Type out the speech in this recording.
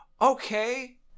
okay